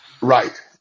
Right